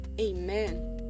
amen